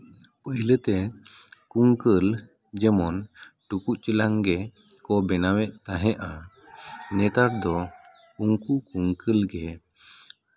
ᱯᱳᱭᱞᱳ ᱛᱮ ᱠᱩᱝᱠᱟᱹᱞ ᱡᱮᱢᱚᱱ ᱴᱩᱠᱩᱪ ᱪᱮᱞᱟᱝ ᱜᱮᱠᱚ ᱵᱮᱱᱟᱣᱮᱫ ᱛᱟᱦᱮᱸᱱᱟ ᱱᱮᱛᱟᱨ ᱫᱚ ᱩᱱᱠᱩ ᱠᱩᱝᱠᱟᱹᱞ ᱜᱮ